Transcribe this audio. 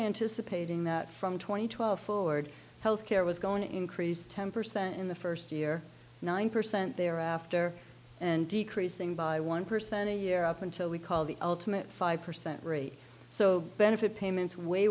anticipating that from two thousand and twelve forward health care was going to increase ten percent in the first year nine percent thereafter and decreasing by one percent a year up until we call the ultimate five percent rate so benefit payments way